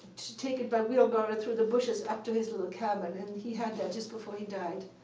to take it by wheelbarrow through the bushes up to his little cabin. and he had that just before he died.